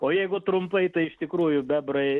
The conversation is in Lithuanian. o jeigu trumpai tai iš tikrųjų bebrai